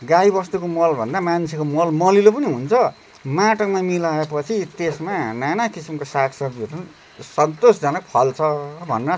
गाईबस्तुको मलभन्दा मान्छेको मल मलिलो पनि हुन्छ माटोमा मिलाएपछि त्यसमा नाना किसिमको सागसब्जीहरू सन्तोषजनक फल्छ भन्न